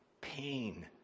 pain